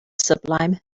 sublime